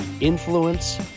influence